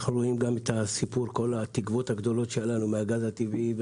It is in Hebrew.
אנחנו רואים גם את התקוות הגדולות שלנו מהגז הטבעי,